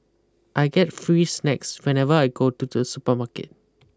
I get free snacks whenever I go to the supermarket